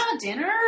Dinner